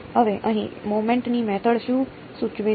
હવે અહીં મોમેન્ટ ની મેથડ શું સૂચવે છે